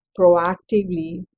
proactively